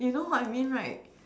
you know what I mean right